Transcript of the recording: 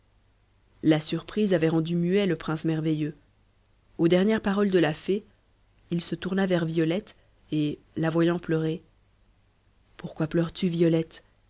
la surprise avait rendu muet le prince merveilleux aux dernières paroles de la fée il se tourna vers violette et la voyant pleurer pourquoi pleures-tu violette